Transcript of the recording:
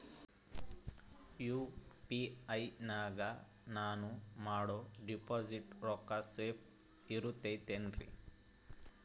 UPI ನಾಗ ನಾನು ಮಾಡೋ ಡಿಪಾಸಿಟ್ ರೊಕ್ಕ ಸೇಫ್ ಇರುತೈತೇನ್ರಿ?